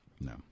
no